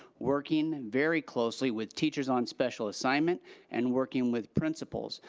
working very closely with teachers on special assignment and working with principals,